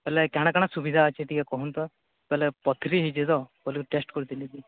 ହେଲେ କାଣା କାଣା ସୁବିଧା ଅଛି ଟିକେ କୁହନ୍ତୁ ତାହାଲେ ପଥୁରି ହେଇଛି ତ ବୋଲେ ଟେଷ୍ଟ କରିଥିଲି କି